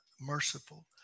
merciful